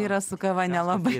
yra su kava nelabai